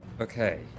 Okay